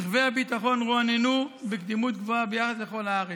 רכבי הביטחון רועננו בקדימות גבוהה ביחס לכל הארץ.